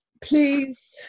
please